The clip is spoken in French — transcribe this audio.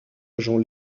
agent